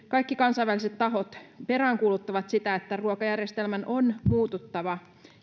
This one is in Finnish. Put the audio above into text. kaikki kansainväliset tahot peräänkuuluttavat sitä että ruokajärjestelmän on muututtava